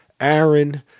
Aaron